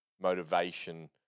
motivation